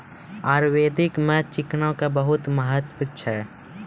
आयुर्वेद मॅ चिकना के बहुत महत्व छै